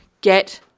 get